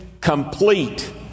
complete